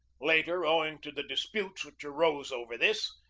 later, owing to the disputes which arose over this,